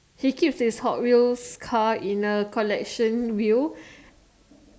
he keeps his hot wheels car in a collection wheel